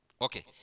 okay